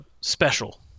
special